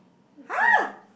okay